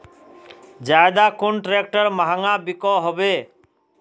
ज्यादा कुन ट्रैक्टर महंगा बिको होबे?